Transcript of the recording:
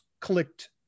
clicked